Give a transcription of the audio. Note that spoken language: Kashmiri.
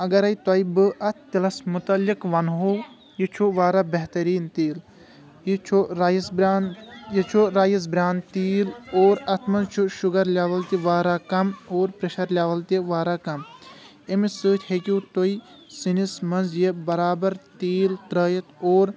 اگرے تۄہہِ بہٕ اَتھ تِلس مُتعلِق ونہٕ ہو یہِ چُھ واریاہ بہتریٖن تیٖل یہِ چھُ رایس بران یہِ چھُ رایس بران تیٖل اور اَتھ منٛز چُھ شُگر لیول تہِ واریاہ کم اور پرشر لیول تہِ واریاہ کم امہِ سۭتۍ ہیٚکو تُہۍ سِنِس منٛز یہِ برابر تیٖل ترأیِتھ اور